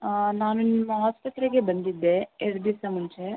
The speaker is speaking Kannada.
ನಾನು ನಿಮ್ಮ ಆಸ್ಪತ್ರೆಗೆ ಬಂದಿದ್ದೆ ಎರಡು ದಿವಸ ಮುಂಚೆ